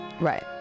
Right